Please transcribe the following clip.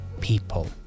people